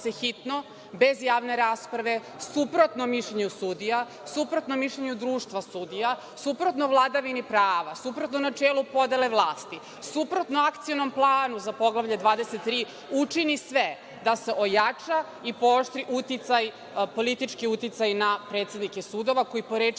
hitno, bez javne rasprave, suprotno mišljenju sudija, suprotno mišljenju društva sudija, suprotno vladavini prava, suprotno načelu podele vlasti, suprotno Akcionom planu za Poglavlje 23 učini sve da se ojača i pooštri politički uticaj na predsednike sudova koji po